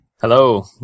Hello